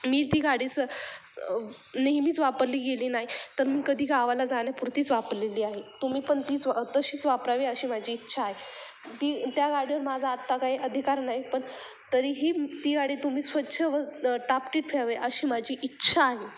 मी ती गाडी सं नेहमीच वापरली गेली नाही तर मी कधी गावाला जाण्यापुरतीच वापरलेली आहे तुम्ही पण तीच वा तशीच वापरावी अशी माझी इच्छा आहे ती त्या गाडीवर माझा आत्ता काही अधिकार नाही पण तरीही ती गाडी तुम्ही स्वच्छ व टापटीप ठेवे अशी माझी इच्छा आहे